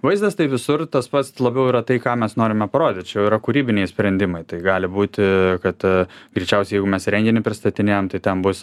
vaizdas tai visur tas pats labiau yra tai ką mes norime parodyt čia jau yra kūrybiniai sprendimai tai gali būti kad greičiausiai jeigu mes renginį pristatinėjam tai ten bus